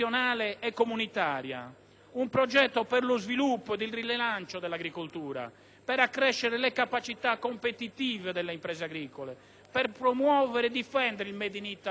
un progetto per lo sviluppo ed il rilancio dell'agricoltura, per accrescere le capacità competitive delle imprese agricole, per promuovere e difendere il *made in Italy* alimentare.